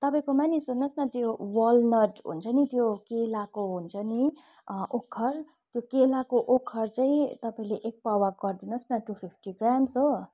तपाईँकोमा नि सुन्नुहोस् न त्यो वलनट हुन्छ नि त्यो केलाको हुन्छ नि ओखर त्यो केलाको ओखर चाहिँ तपाईँले एक पावा गरिदिनुहोस् न टू फिप्टी ग्राम्स् हो